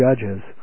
judges